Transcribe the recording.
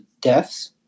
deaths